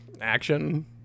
action